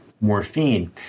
morphine